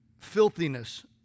Filthiness